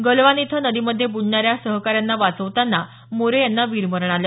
गलवान इथं नदीमध्ये ब्रुडणाऱ्या सहकाऱ्यांना वाचवतांना मोरे यांना वीरमरण आलं